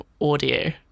audio